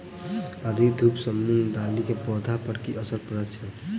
अधिक धूप सँ मूंग दालि केँ पौधा पर की असर डालय छै?